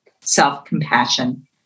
self-compassion